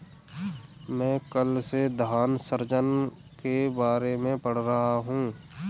मैं कल से धन सृजन के बारे में पढ़ रहा हूँ